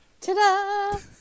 Ta-da